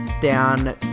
down